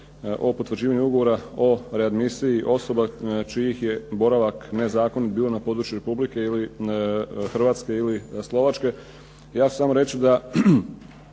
je potvrđivanje ugovora o readmisiji osoba čijih je boravak nezakonit bilo na području Republike Hrvatske ili Slovačke. Ja ću samo reći da